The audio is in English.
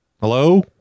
Hello